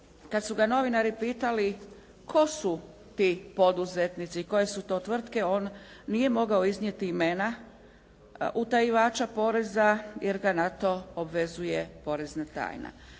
kad su ga novinari pitali tko su ti poduzetnici, koje su to tvrtke? On nije mogao iznijeti imena utajivača poreza jer ga na to obvezuje porezna tajna.